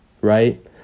right